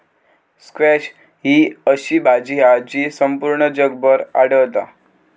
squash ही अशी भाजी हा जी संपूर्ण जगभर आढळता